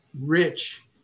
rich